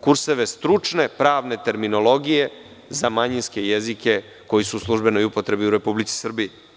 kurseve stručne pravne terminologije za manjinske jezike koji su u službenoj upotrebi u Republici Srbiji.